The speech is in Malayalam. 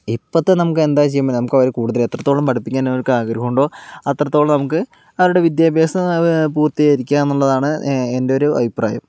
ഇപ്പോഴത്തെ നമുക്ക് എന്താ ചെയ്യാൻ പറ്റണേ നമുക്ക് അവരെ കൂടുതലും എത്രത്തോളം പഠിപ്പിക്കാനവർക്ക് ആഗ്രഹം ഉണ്ടോ അത്രത്തോളം നമുക്ക് അവരുടെ വിദ്യാഭ്യാസം പൂർത്തീകരിക്കുകയെന്നുള്ളതാണ് എൻ്റെ ഒരു അഭിപ്രായം